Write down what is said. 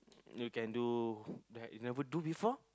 you can do that you never do before